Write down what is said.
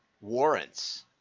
warrants